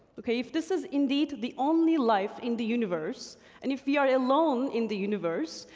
okay, if this is indeed the only life in the universe and if you are ah alone in the universe,